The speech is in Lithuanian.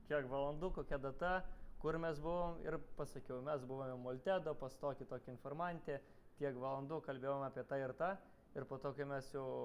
kiek valandų kokia data kur mes buvom ir pasakiau mes buvome multedo pas tokį tokį informantę tiek valandų kalbėjom apie tą ir tą ir po kai mes jau